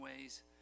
ways